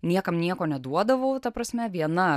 niekam nieko neduodavau ta prasme viena